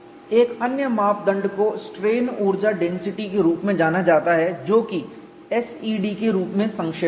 एक अन्य मापदंड को स्ट्रेन ऊर्जा डेन्सिटी के रूप में जाना जाता है जो कि SED के रूप में संक्षेपित है